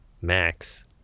max